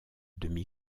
demi